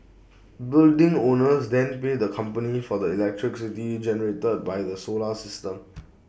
building owners then pay the company for the electricity generated by the solar system